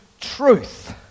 truth